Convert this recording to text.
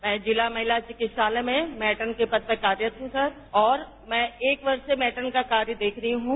मैं जिला महिला चिकित्सालय में मैट्रन के पद पर कार्यरत हूं सर और मैं एक वर्ष से मैट्रन का कार्य देख रही हूं